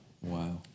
wow